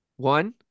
One